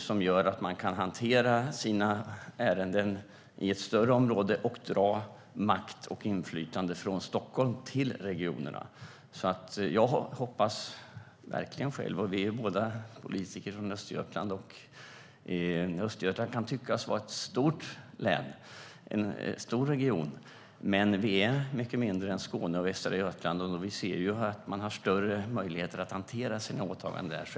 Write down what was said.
Det gör att man kan hantera sina ärenden i ett större område och dra makt och inflytande från Stockholm till regionerna. Jag hoppas verkligen själv på det. Vi är båda politiker från Östergötland. Östergötland kan tyckas vara en stor region, men vi är mycket mindre som region än Skåne och Västra Götaland. Vi ser att man har större möjligheter att hantera sina åtaganden där.